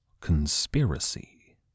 conspiracy